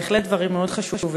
בהחלט דברים מאוד חשובים.